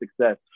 success